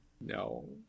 No